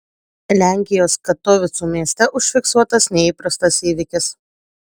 lenkijos katovicų mieste užfiksuotas neįprastas įvykis